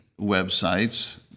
websites